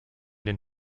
den